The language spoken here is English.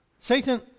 Satan